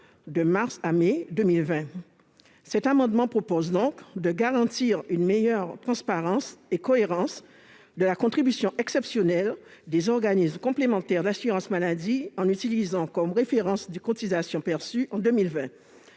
de mars à mai 2020. Cet amendement vise donc à garantir une meilleure transparence et une plus grande cohérence de la contribution exceptionnelle des organismes complémentaires d'assurance maladie en utilisant comme référence les cotisations perçues en 2020.